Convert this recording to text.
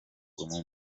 kugwa